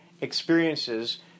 experiences –